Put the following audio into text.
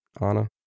Anna